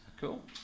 Cool